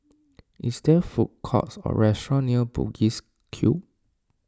is there food courts or restaurants near Bugis Cube